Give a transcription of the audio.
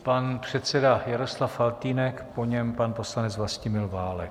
Pan předseda Jaroslav Faltýnek, po něm pan poslanec Vlastimil Válek.